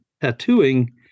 tattooing